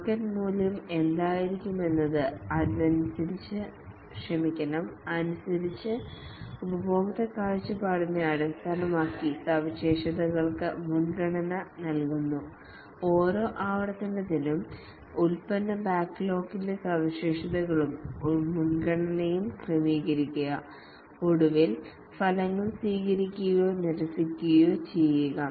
market മൂല്യം എന്തായിരിക്കുമെന്നത് അനുസരിച്ച് ഉപഭോക്തൃ കാഴ്ചപ്പാടിനെ അടിസ്ഥാനമാക്കി സവിശേഷതകൾക്ക് മുൻഗണന നൽകുന്നു ഓരോ ആവർത്തനത്തിലും ഉൽപ്പന്ന ബാക്ക്ലോഗിലെ സവിശേഷതകളും മുൻഗണനയും ക്രമീകരിക്കുക ഒടുവിൽ ഫലങ്ങൾ സ്വീകരിക്കുകയോ നിരസിക്കുകയോ ചെയ്യുക